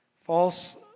False